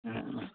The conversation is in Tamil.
ம்